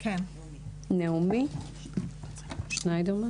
נעמי שניידרמן.